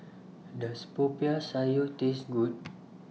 Does Popiah Sayur Taste Good